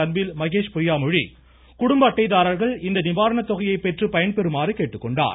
அன்பில் மகேஸ் பொய்யாமொழி குடும்ப அட்டைதாரர்கள் இந்த நிவாரணத் தொகையை பெற்று பயன்பெறுமாறு கேட்டுக்கொண்டார்